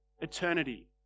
eternity